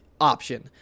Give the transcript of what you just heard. option